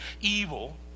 evil